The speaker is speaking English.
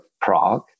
Prague